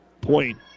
Point